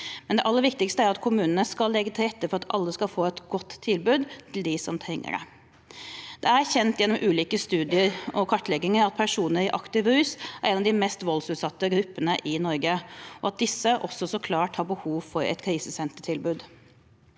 det aller viktigste er at kommunene skal legge til rette for at alle som trenger det, skal få et godt tilbud. Det er kjent gjennom ulike studier og kartlegginger at personer i aktiv rus er en av de mest voldsutsatte gruppene i Norge, og at de så klart også har behov for et krisesentertilbud.